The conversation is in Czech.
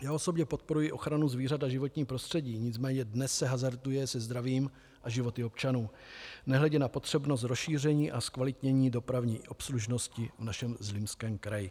Já osobně podporuji ochranu zvířat a životního prostředí, nicméně dnes se hazarduje se zdravím a životy občanů, nehledě na potřebnost rozšíření a zkvalitní dopravní obslužnosti v našem Zlínském kraji.